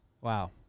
Wow